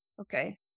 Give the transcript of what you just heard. Okay